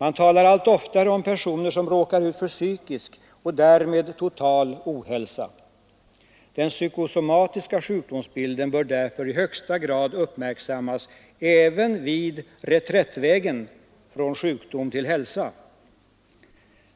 Man talar allt oftare om personer som råkar ut för psykisk och därmed total ohälsa. Den psykosomatiska sjukdomsbilden bör därför i högsta grad uppmärksammas även på reträttvägen från sjukdom till hälsa.